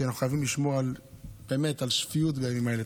כי אנחנו חייבים לשמור באמת על שפיות בימים האלה.